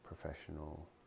professional